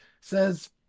says